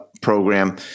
program